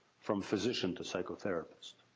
from physician to psychotherapist.